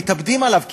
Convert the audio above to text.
מתאבדים עליו כמעט.